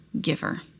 giver